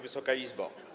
Wysoka Izbo!